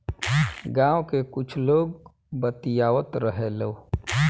गाँव के कुछ लोग बतियावत रहेलो